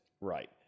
Right